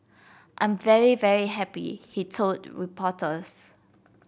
I'm very very happy he told reporters